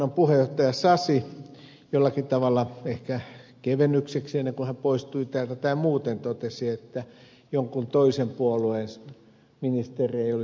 perustuslakivaliokunnan puheenjohtaja sasi jollakin tavalla ehkä kevennykseksi ennen kuin hän poistui täältä tai muuten totesi että jonkun toisen puolueen ministeri ei olisi tällaista tehnyt